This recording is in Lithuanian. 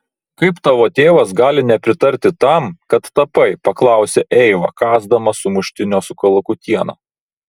kaip tavo tėvas gali nepritarti tam kad tapai paklausė eiva kąsdama sumuštinio su kalakutiena